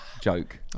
Joke